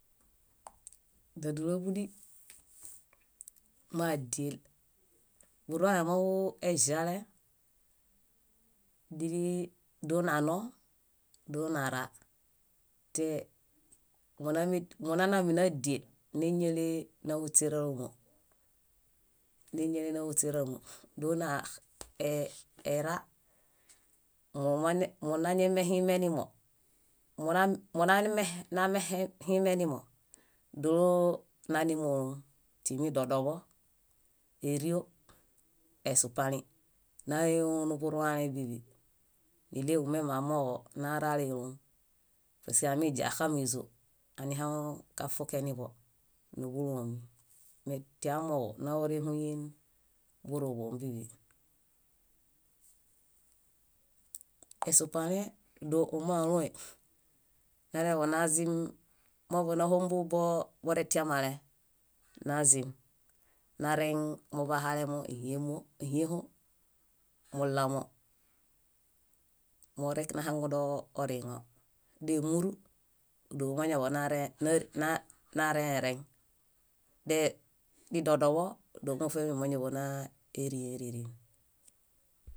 Ádilaḃudi mádiel, burũale moḃuu- eĵale, díli donanoo, donara temonanaami nádiel néñalenahuśeralomo, dónaera. Monañamehimenimo, nonamehe himenimo dóo nánimolom timi dodoḃo, ério, esupalĩ náelom niburũale bíḃi. Iɭeġu mem amooġo náaraleloom. Kaśe amiźia áxamizo anihaŋu kafukeniḃo níḃuloomi. Metiamooġo náorehuyen burumḃo bíḃi. Esupalĩe dóomalõe, mañaḃanazim máñaḃznahombu boretiamale nazim nareŋ moḃahalemo: híẽho, mullamo morek ahaŋudoo oriŋo. Démuru, dóo mañaḃanarẽhereŋ. Didodoḃo, dóo mufemi máñaḃanarĩheriŋ.